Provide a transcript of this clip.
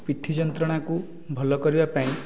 ପିଠି ଯନ୍ତ୍ରଣାକୁ ଭଲ କରିବା ପାଇଁ